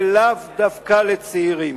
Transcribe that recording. ולאו דווקא לצעירים.